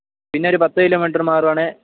പിന്നെ ഒരു പത്തു കിലോമീറ്റർ മാറുകയാണെങ്കിൽ